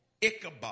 Ichabod